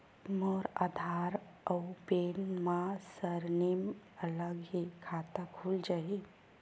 मोर आधार आऊ पैन मा सरनेम अलग हे खाता खुल जहीं?